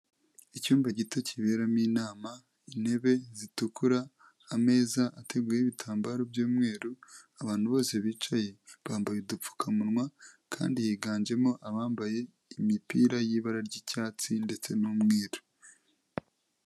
Icyumba gito kiberamo inama intebe zitukura, ameza ateguyeho ibitambaro by'umweru, abantu bose bicaye bambaye udupfukamunwa kandi higanjemo abambaye imipira y'ibara ry'icyatsi ndetse n'umweru.